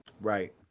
right